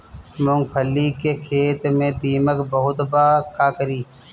मूंगफली के खेत में दीमक बहुत बा का करी?